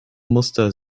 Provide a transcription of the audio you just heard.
muster